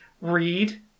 read